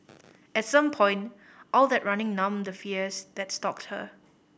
at some point all that running numbed the fears that stalked her